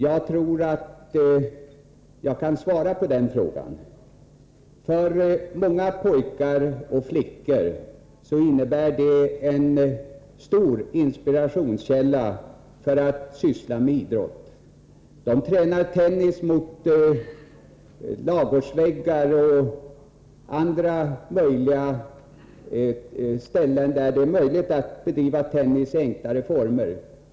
Jag tror att jag kan svara på den frågan. För många pojkar och flickor innebär elitidrottsmännen en stor inspirationskälla när det gäller att själv syssla med idrott. De tränar tennis mot ladugårdsväggar och på andra ställen där det är möjligt att bedriva tennis i enklare former.